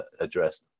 addressed